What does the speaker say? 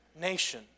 nation